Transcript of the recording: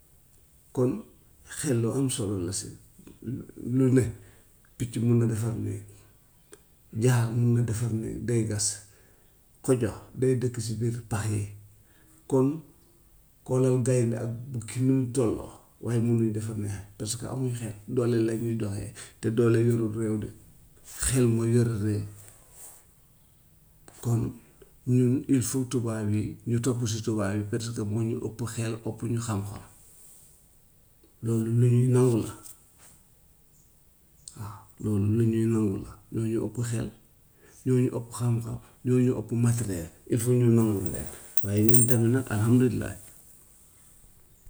Kon xel lu am solo la si lu ne, picc mun na defar néeg, jaan mun na defar néeg day gas, kodda day dëkk si biir pax yi. Kon xoolal gaynde ak bukki nuñ tolloo waaye munuñ defar néeg parce que amuñ xel doole lañuy doxee te doole yorut réew de xel mooy yore réew. Kon ñun il faut tubaab yi ñu topp si tubaab yi parce que moo ñu ëpp xel ëpp ñu xam-xam loolu lu ñuy nangu la waaw loolu lu ñuy nangu la, ñoo ñu ëpp xel, ñoo ñu ëpp xam-xam, ñoo ñu ëpp matériels, il faut ñun ñu nangul leen waaye ñun tamit nag alhamdulilah.